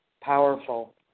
powerful